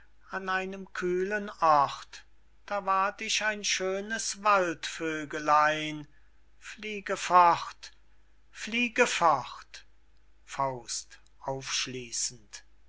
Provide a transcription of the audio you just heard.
an einem kühlen ort da ward ich ein schönes waldvögelein fliege fort fliege fort faust aufschließend